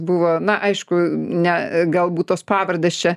buvo na aišku ne galbūt tos pavardės čia